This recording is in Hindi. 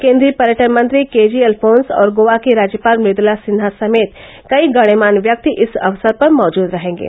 केन्द्रीय पर्यटन मंत्री के जी अल्फोंस और गोवा की राज्यपाल मृद्रला सिन्हा समेत कई गणमान्य व्यक्ति इस अवसर पर मौजूद रहेंगे